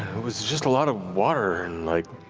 was just a lot of water and like,